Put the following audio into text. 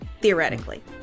theoretically